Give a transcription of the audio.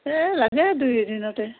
এই লাগে দুই এদিনতে